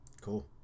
Cool